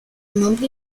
nombre